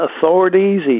authorities